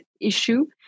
issue